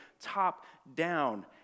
top-down